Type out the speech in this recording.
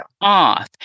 off